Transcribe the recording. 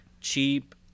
cheap